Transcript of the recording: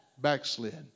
backslid